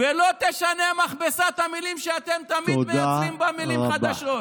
ולא תשנה מכבסת המילים שאתם תמיד מייצרים בה מילים חדשות.